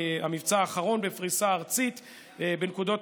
המבצע האחרון בפריסה ארצית בנקודות